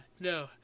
No